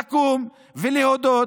לקום ולהודות